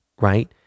right